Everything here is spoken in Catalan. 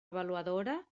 avaluadora